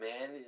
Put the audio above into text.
man